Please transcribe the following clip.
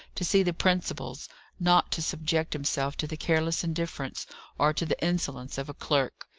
to see the principals not to subject himself to the careless indifference or to the insolence of a clerk.